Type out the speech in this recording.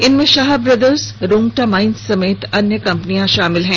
इनमें Shah brothers Rungta mines समेत अन्य कंपनियां शामिल हैं